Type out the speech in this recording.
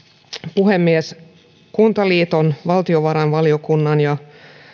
puhemies kuntaliiton valtiovarainvaliokunnan ja